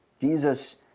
Jesus